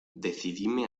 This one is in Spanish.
decidíme